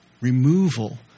removal